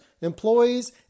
employees